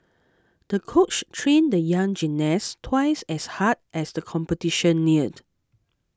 the coach trained the young gymnast twice as hard as the competition neared